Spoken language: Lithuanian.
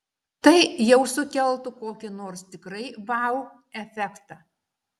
tai jau sukeltų kokį nors tikrai vau efektą